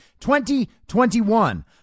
2021